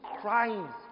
crimes